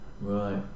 Right